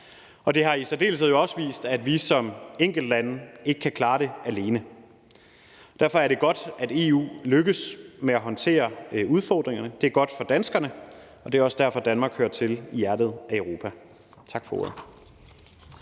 og det har jo i særdeleshed også vist, at vi som enkeltlande ikke kan klare det alene. Derfor er det godt, at EU lykkes med at håndtere udfordringerne. Det er godt for danskerne, og det er også derfor, Danmark hører til i hjertet af Europa. Tak for ordet.